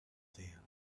there